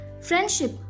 friendship